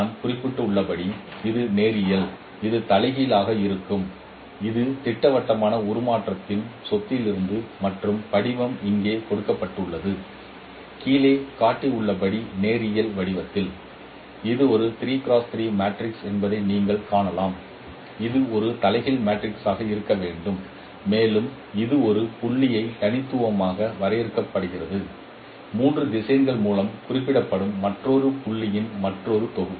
நான் குறிப்பிட்டுள்ளபடி இது நேரியல் இது தலைகீழாக இருக்கும் இது திட்டவட்டமான உருமாற்றத்தின் சொத்திலிருந்து மற்றும் படிவம் இங்கே கொடுக்கப்பட்டுள்ளது கீழே காட்டப்பட்டுள்ளபடி நேரியல் வடிவத்தில் இது ஒரு மேட்ரிக்ஸ் என்பதை நீங்கள் காணலாம் இது ஒரு தலைகீழ் மேட்ரிக்ஸாக இருக்க வேண்டும் மேலும் இது ஒரு புள்ளியை தனித்துவமாக வரைபடமாக்குகிறது 3 திசையன் மூலம் குறிப்பிடப்படும் மற்றொரு புள்ளியின் மற்றொரு தொகுப்பு